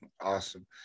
Awesome